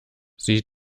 sie